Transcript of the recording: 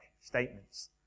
statements